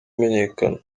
amenyekana